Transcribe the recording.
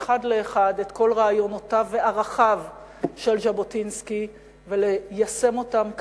אחד לאחד את כל רעיונותיו וערכיו של ז'בוטינסקי וליישם אותם כאן,